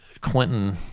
Clinton